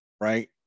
right